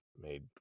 made